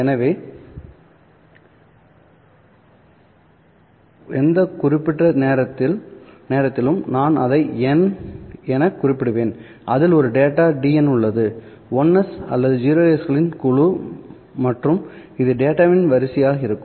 எனவே எந்த குறிப்பிட்ட நேரத்திலும் நான் அதை n எனக் குறிப்பிடுவேன் அதில் ஒரு டேட்டா dn உள்ளது 1's மற்றும் 0's களின் குழு மற்றும் இது இந்த டேட்டாவின் வரிசையாக இருக்கும்